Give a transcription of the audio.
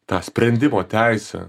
tą sprendimo teisę